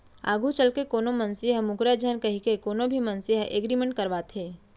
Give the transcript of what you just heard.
आघू चलके कोनो मनसे ह मूकरय झन कहिके कोनो भी मनसे ह एग्रीमेंट करवाथे